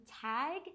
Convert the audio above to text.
tag